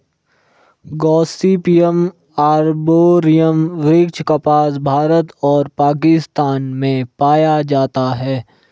Gossypium arboreum वृक्ष कपास, भारत और पाकिस्तान में पाया जाता है